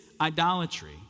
idolatry